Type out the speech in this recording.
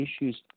issues